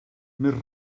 més